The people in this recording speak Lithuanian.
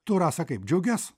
tu rasa kaip džiaugies